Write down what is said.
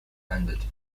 ended